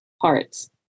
parts